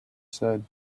said